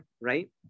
right